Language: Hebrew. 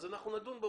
אנחנו נדון בו